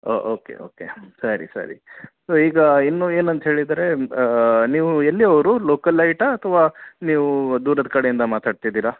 ಓಹ್ okay okay ಹ್ಞೂ ಸರಿ ಸರಿ ಸೊ ಈಗ ಇನ್ನೂ ಏನಂತ ಹೇಳಿದರೆ ನೀವು ಎಲ್ಲಿಯವರು ಲೋಕಲೈಟಾ ಅಥವಾ ನೀವು ದೂರದ ಕಡೆಯಿಂದ ಮಾತಾಡ್ತಿದ್ದೀರಾ